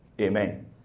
Amen